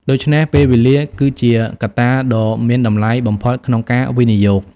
ដូច្នេះ ពេលវេលា គឺជាកត្តាដ៏មានតម្លៃបំផុតក្នុងការវិនិយោគ។